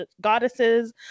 goddesses